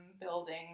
building